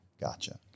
Gotcha